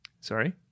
sorry